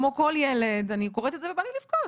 כמו כל ילד אני קוראת את זה ובא לי לבכות